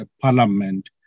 Parliament